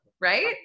right